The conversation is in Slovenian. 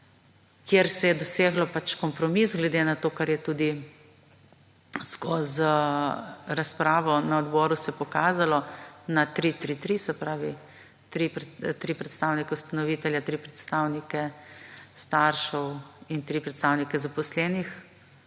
kjer se je doseglo kompromis glede na to kar je tudi skozi razpravo na odboru se pokazalo na 3:3:3, se pravi 3 predstavniki ustanovitelja, 3 predstavnike staršev in 3 predstavnike zaposlenih,